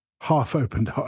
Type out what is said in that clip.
half-opened